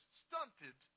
stunted